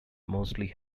mostly